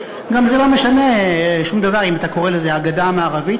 זה גם לא משנה שום דבר אם אתה קורא לזה הגדה המערבית,